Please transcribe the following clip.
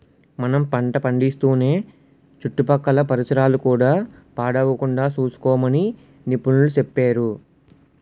మనం పంట పండిస్తూనే చుట్టుపక్కల పరిసరాలు కూడా పాడవకుండా సూసుకోమని నిపుణులు సెప్పేరు